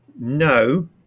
no